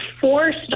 forced